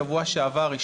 יום רביעי בשבוע, ט'